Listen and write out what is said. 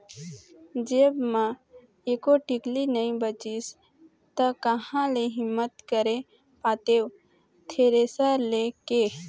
जेब म एको टिकली नइ बचिस ता काँहा ले हिम्मत करे पातेंव थेरेसर ले के